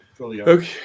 Okay